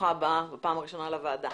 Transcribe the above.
ברוכה הבאה בפעם הראשונה לוועדה.